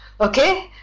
okay